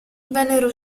vennero